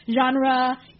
genre